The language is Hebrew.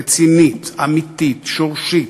רצינית, אמיתית, שורשית,